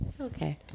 Okay